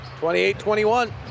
28-21